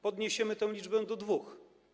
Podniesiemy tę liczbę do dwóch.